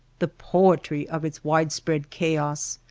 the poetry of its wide-spread chaos,